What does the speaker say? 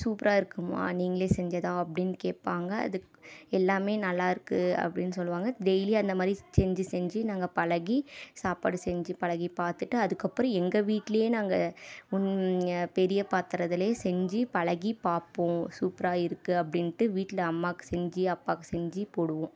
சூப்பராக இருக்குமா நீங்களே செஞ்சதா அப்படின்னு கேட்பாங்க அதுக்கு எல்லாமே நல்லாயிருக்கு அப்படின்னு சொல்லுவாங்கள் டெய்லி அந்த மாதிரி செஞ்சுச் செஞ்சு நாங்கள் பழகி சாப்பாடு செஞ்சு பழகி பார்த்துட்டு அதுக்கப்புறம் எங்கள் வீட்டிலே நாங்கள் பெரிய பாத்திரத்துலே செஞ்சு பழகிப் பார்ப்போம் சூப்பராக இருக்குது அப்படின்ட்டு வீட்டில் அம்மாக்கு செஞ்சு அப்பாக்கு செஞ்சுப் போடுவோம்